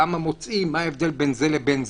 מה ההבדל בין זה לבין זה.